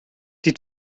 die